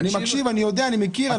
אני מקשיב, אני יודע, אני מכיר.